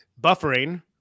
buffering